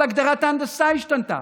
כל הגדרת ההנדסה השתנתה.